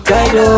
Guide